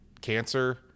cancer